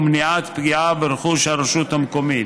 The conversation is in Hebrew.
ומניעת פגיעה ברכוש הרשות המקומית.